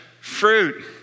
fruit